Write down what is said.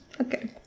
Okay